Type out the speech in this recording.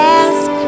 ask